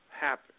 happen